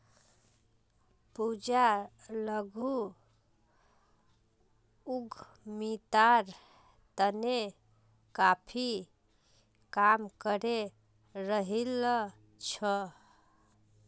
पूजा लघु उद्यमितार तने काफी काम करे रहील् छ